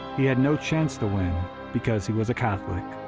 he had no chance to win because he was a catholic.